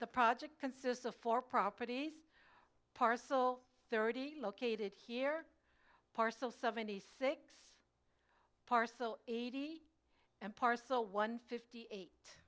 the project consists of four properties parcel thirty located here parcel seventy six parcel eighty and parcel one fifty eight